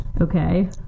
Okay